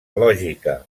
lògica